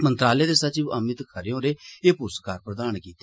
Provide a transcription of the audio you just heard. मंत्रालय दे सचिव अमित खरे होरें एह् पुरस्कार प्रदान कीते